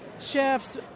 chefs